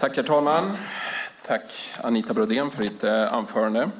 Herr talman! Anita Brodén undrade